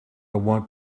want